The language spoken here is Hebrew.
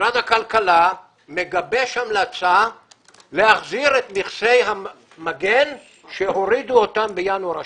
שמשרד הכלכלה מגבש המלצה להחזיר את מכסי המגן שהורידו אותם בינואר השנה.